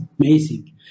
amazing